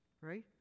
right